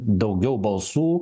daugiau balsų